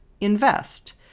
invest